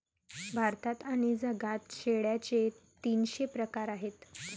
भारतात आणि जगात शेळ्यांचे तीनशे प्रकार आहेत